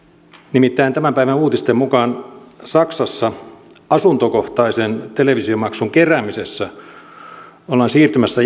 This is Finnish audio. nimittäin tämän päivän uutisten mukaan saksassa asuntokohtaisen televisiomaksun keräämisessä ollaan siirtymässä